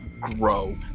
grow